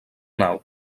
nau